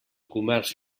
comerç